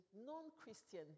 non-Christian